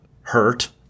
hurt